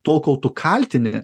tol kol tu kaltini